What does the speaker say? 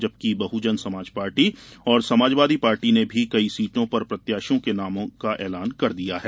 जबकि बहजन समाज पार्टी और समाजवादी पार्टी ने भी कई सीटों पर प्रत्याशियों के नामों का एलान कर दिया है